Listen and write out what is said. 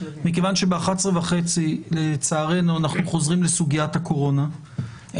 מכיוון שב-11:30 לצערנו אנחנו חוזרים לסוגיית הקורונה,